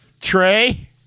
Trey